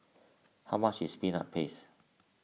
how much is Peanut Paste